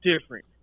different